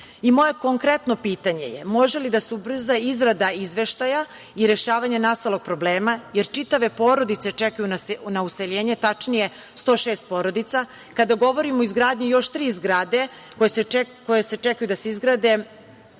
konkretno pitanje je, može li da se ubrza izrada izveštaja i rešavanje nastalog problema, jer čitave porodice čekaju na useljenje, tačnije 106 porodica. Kada govorim o izgradnji još tri zgrade koje se čekaju da se izgrade,